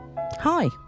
Hi